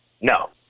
No